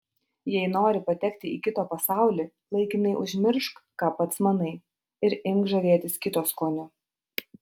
jei nori patekti į kito pasaulį laikinai užmiršk ką pats manai ir imk žavėtis kito skoniu